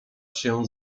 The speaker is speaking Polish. się